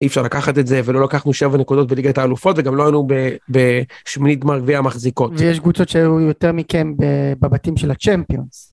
אי אפשר לקחת את זה ולא לקחנו 7 נקודות בליגת האלופות וגם לא היינו בשמינית גמר גביע המחזיקות. ויש קבוצות שהיו יותר מכם בבתים של הצ'מפיונס.